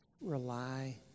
rely